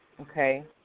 okay